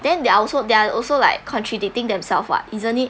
then they're also they're also like contradicting themselves [what] isn't it